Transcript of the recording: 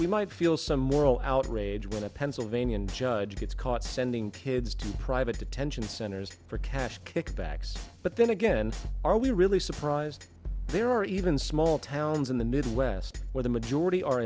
we might feel some moral outrage when a pennsylvania and judge gets caught sending kids to private detention centers for cash kickbacks but then again are we really surprised there are even small towns in the midwest where the majority are